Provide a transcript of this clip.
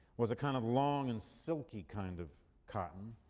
was a kind of long and silky kind of cotton.